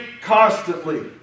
constantly